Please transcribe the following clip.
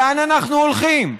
לאן אנחנו הולכים?